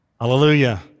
Hallelujah